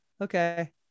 okay